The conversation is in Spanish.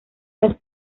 las